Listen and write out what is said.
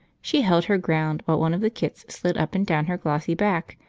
she held her ground while one of the kits slid up and down her glossy back,